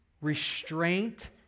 restraint